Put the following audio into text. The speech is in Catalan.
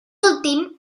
últim